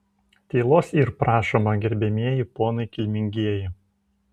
tylos yr prašoma gerbiamieji ponai kilmingieji